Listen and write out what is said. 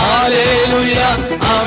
Hallelujah